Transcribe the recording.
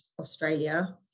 Australia